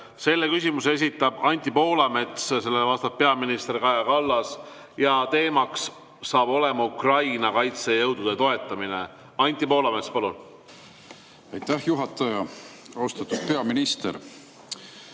Selle küsimuse esitab Anti Poolamets, sellele vastab peaminister Kaja Kallas ja teema on Ukraina kaitsejõudude toetamine. Anti Poolamets, palun! Aitäh, juhataja! Austatud peaminister!